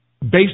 based